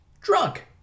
Drunk